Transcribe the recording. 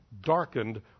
darkened